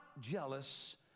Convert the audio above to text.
jealous